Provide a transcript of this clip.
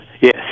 Yes